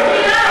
דוקטור,